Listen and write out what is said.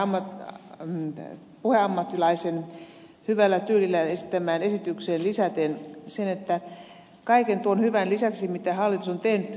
heinosen sujuvasanaiseen ja puheammattilaisen hyvällä tyylillä esittämään esitykseen lisäten sen että kaiken tuon hyvän lisäksi mitä hallitus on tehnyt mitä ed